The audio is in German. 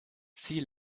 sie